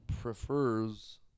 prefers